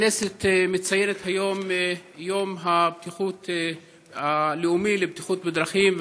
הכנסת מציינת היום את היום הלאומי לבטיחות בדרכים,